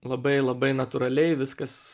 labai labai natūraliai viskas